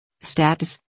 Status